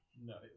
No